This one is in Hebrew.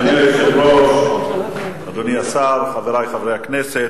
היושב-ראש, אדוני השר, חברי חברי הכנסת,